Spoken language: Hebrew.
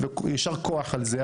ויישר כח על זה,